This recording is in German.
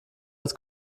als